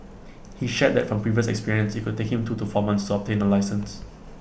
he shared that from previous experience IT could take him two to four months to obtain A licence